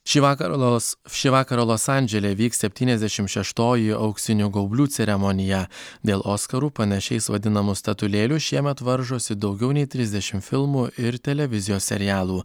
šįvakar los šį vakarą los andžele vyks septyniasdešim šeštoji auksinių gaublių ceremonija dėl oskarų panašiais vadinamų statulėlių šiemet varžosi daugiau nei trisdešim filmų ir televizijos serialų